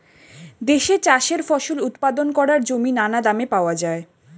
দেশে চাষের ফসল উৎপাদন করার জমি নানা দামে পাওয়া যায়